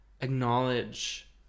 acknowledge